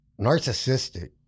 narcissistic